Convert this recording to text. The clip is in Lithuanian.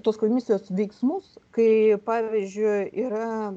tos komisijos veiksmus kai pavyzdžiui yra